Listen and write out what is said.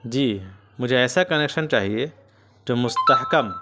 جی مجھے ایسا کنیکشن چاہیے جو مستحکم